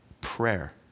prayer